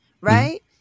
Right